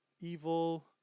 evil